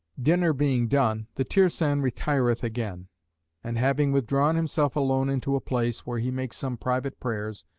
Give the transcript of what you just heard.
dinner being done, the tirsan retireth again and having withdrawn himself alone into a place, where he makes some private prayers,